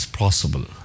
possible